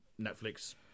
Netflix